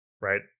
Right